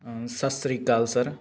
ਸਤਿ ਸ੍ਰੀ ਅਕਾਲ ਸਰ